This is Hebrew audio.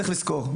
צריך לזכור,